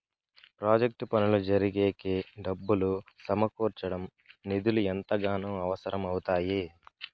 project పనులు జరిగేకి డబ్బులు సమకూర్చడం నిధులు ఎంతగానో అవసరం అవుతాయి